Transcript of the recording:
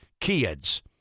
kids